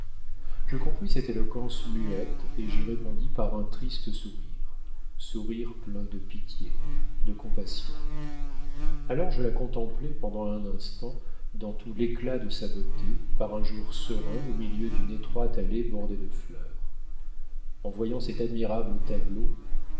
je compris cette éloquence muette et j'y répondis par un triste sourire plein de pitié de compassion alors je la contemplai pendant un instant dans tout l'éclat de sa beauté par un jour serein au milieu d'une étroite allée bordée de fleurs en voyant cet admirable tableau